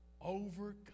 overcome